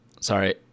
Sorry